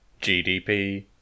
GDP